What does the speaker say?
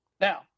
Now